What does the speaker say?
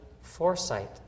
foresight